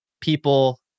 people